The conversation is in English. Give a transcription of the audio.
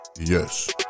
Yes